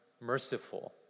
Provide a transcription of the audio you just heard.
merciful